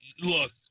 Look